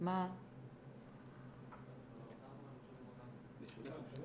את הילדים והנוער בחדרים קטנים, זה לא מתאים.